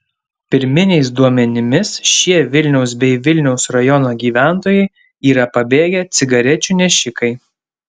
pirminiais duomenimis šie vilniaus bei vilniaus rajono gyventojai yra pabėgę cigarečių nešikai